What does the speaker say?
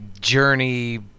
journey